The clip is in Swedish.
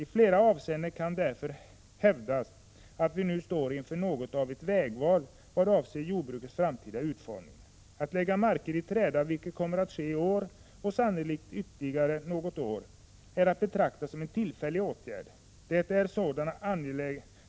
I flera avseenden kan därför hävdas att vi nu står inför något av ett vägval vad avser jordbrukets framtida utformning. Att lägga mark i träda, vilket kommer att ske i år och sannolikt ytterligare i något år, är att betrakta som en tillfällig åtgärd.